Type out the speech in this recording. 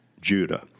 Judah